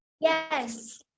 yes